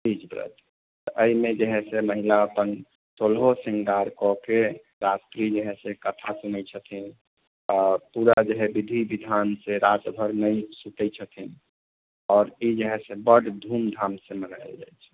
तीज व्रत तऽ एहिमे जे है से महिला अपन सोलहो श्रृंगार कऽके रात्रिमे है से कथा सुनैत छथिन आ पूरा जे है विधि विधानसँ राति भर नहि सुतै छथिन आओर ई जे है बड्ड धूमधामसँ मनाएल जाइत छै